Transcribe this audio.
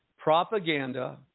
Propaganda